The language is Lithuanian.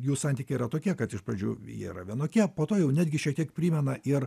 jų santykiai yra tokie kad iš pradžių jie yra vienokie po to jau netgi šiek tiek primena ir